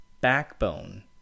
backbone